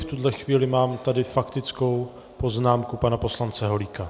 V tuto chvíli tady mám faktickou poznámku pana poslance Holíka.